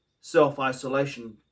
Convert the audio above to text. Self-isolation